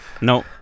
no